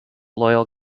loyal